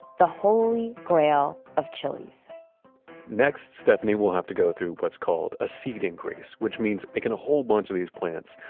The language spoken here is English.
the holy grail of chilis next, stephanie will have to go through what's called a seed increase, which means picking a whole bunch of these plants,